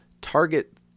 target